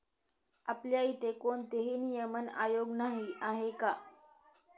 आपल्या इथे कोणतेही नियमन आयोग नाही आहे का?